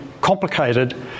complicated